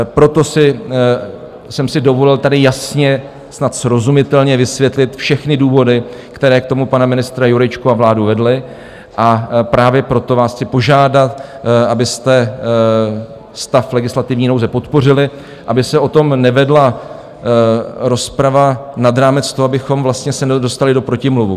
Proto si jsem si dovolil tady jasně, snad srozumitelně, vysvětlit všechny důvody, které k tomu pana ministra Jurečku a vládu vedly, a právě proto vás chci požádat, abyste stav legislativní nouze podpořili, aby se o tom nevedla rozprava nad rámec toho, abychom vlastně se nedostali do protimluvu.